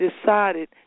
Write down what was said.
decided